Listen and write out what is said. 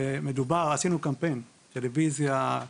עשינו קמפיין בטלוויזיה,